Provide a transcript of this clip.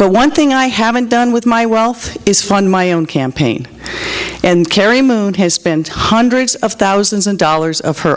but one thing i haven't done with my wealth is from my own campaign and kerry moon has spent hundreds of thousands of dollars of her